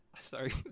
Sorry